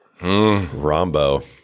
Rombo